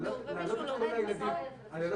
שאנחנו